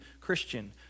Christian